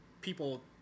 people